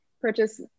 purchase